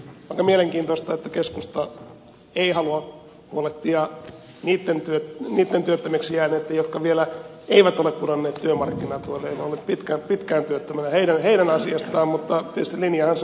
aika mielenkiintoista että keskusta ei halua huolehtia niitten työttömiksi jääneitten asiasta jotka eivät vielä ole pudonneet työmarkkinatuelle eivät ole olleet pitkään työttömänä mutta tietysti linjahan se on sekin